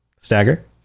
stagger